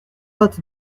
vingt